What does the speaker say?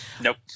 Nope